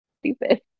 stupid